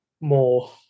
more